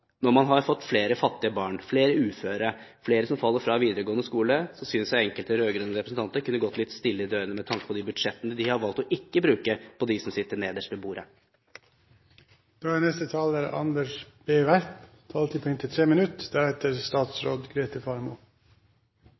Når man har fått flere fattige barn, flere uføre og flere som faller fra i videregående skole, synes jeg enkelte rød-grønne representanter kunne gått litt stillere i dørene med tanke på de budsjettene de har valgt ikke å bruke på dem som sitter nederst ved bordet. På slutten av debatten er